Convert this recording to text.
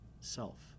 self